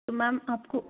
तो मेम आपको